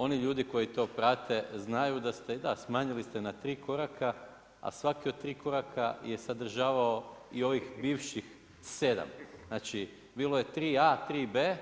Oni ljudi koji to prate znaju da ste, da, smanjili ste na tri koraka a svaki od 3 koraka je sadržavao i ovih bivših 7. Znači bilo je 3A, 3B